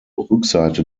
rückseite